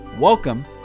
Welcome